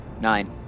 Nine